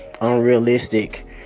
unrealistic